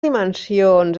dimensions